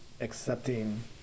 accepting